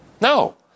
No